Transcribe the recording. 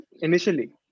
initially